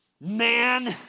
man